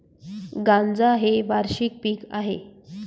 गांजा हे वार्षिक पीक आहे